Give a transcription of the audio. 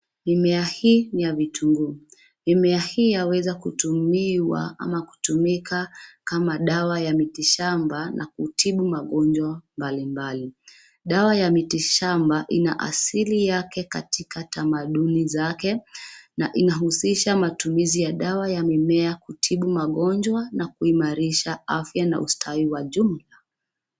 Mimea hii ni ya vitunguu. Mimea hii yaweza kutumiwa ama kutumika kama dawa ya miti shamba na kutibu magonjwa mbali mbali. Dawa ya miti shamba ina asili yake katika tamaduni zake na inahusisha matumizi ya dawa ya mimea kutibu magonjwa na kuimarisha afya na ustawi wa jumla.